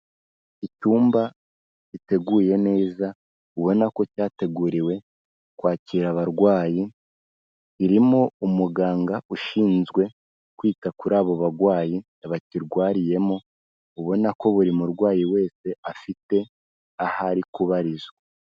Icyumba giteguye neza, ubona ko cyateguriwe kwakira abarwayi, irimo umuganga ushinzwe kwita kuri abo barwayi bakirwariyemo, ubona ko buri murwayi wese, afite aho ari kubarizwa.